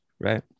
right